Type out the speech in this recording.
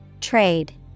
Trade